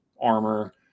armor